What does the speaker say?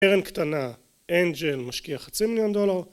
קרן קטנה אנג'ל משקיע חצי מיליון דולר